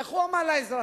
איך הוא אמר לאזרחים?